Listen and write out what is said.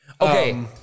Okay